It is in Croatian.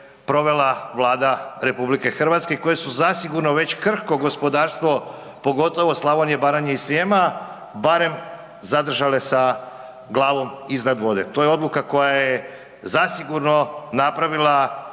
provela Vlada RH koje su zasigurno već krhko gospodarstvo pogotovo Slavonije, Baranje i Srijema, barem zadržale sa glavom iznad vode. To je odluka koja je zasigurno napravila